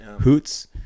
hoots